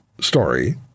story